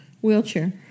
wheelchair